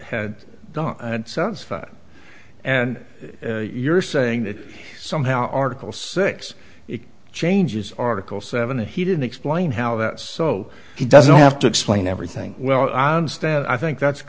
satisfied and you're saying that somehow article six changes article seven and he didn't explain how that so he doesn't have to explain everything well i understand i think that's